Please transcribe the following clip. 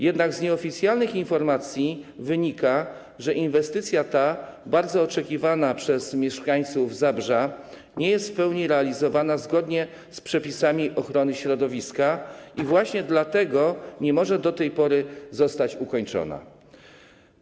Jednak z nieoficjalnych informacji wynika, że inwestycja ta, bardzo oczekiwana przez mieszkańców Zabrza, nie jest w pełni realizowana zgodnie z przepisami ochrony środowiska i właśnie dlatego nie może zostać ukończona.